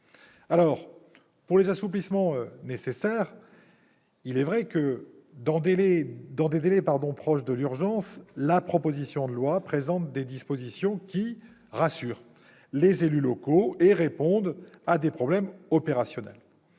soient pour autant complètement résolus. En effet, dans des délais proches de l'urgence, la proposition de loi présente des dispositions qui rassurent les élus locaux et répondent à des problèmes opérationnels.